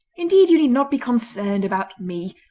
indeed you need not be concerned about me!